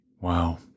wow